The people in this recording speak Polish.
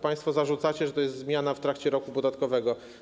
Państwo zarzucacie, że to jest zmiana w trakcie roku podatkowego.